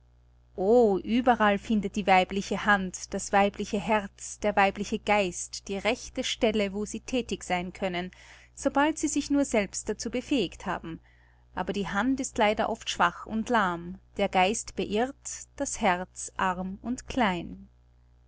überall findet die weibliche hand das weibliche herz der weibliche geist die rechte stelle wo sie thätig sein können sobald sie sich nur selbst dazu befähigt haben aber die hand ist leider oft schwach und lahm der geist beirrt das herz arm und klein